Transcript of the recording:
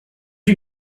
you